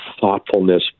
thoughtfulness